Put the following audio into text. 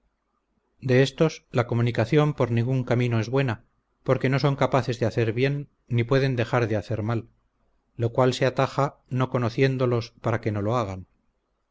de estos la comunicación por ningún camino es buena porque no son capaces de hacer bien ni pueden dejar de hacer mal lo cual se ataja no conociéndolos para que no lo hagan